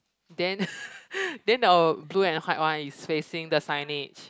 then then the blue and white one is facing the signage